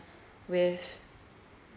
with